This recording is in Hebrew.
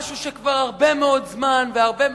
משהו שכבר הרבה מאוד זמן והרבה מאוד,